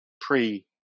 pre